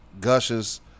gushes